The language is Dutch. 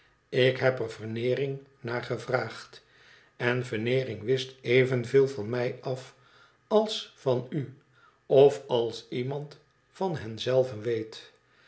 ik heb er veneering naar gevraagd n veneering wist evenveel van mij af als van u of als iemand van hem zelven weet